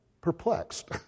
perplexed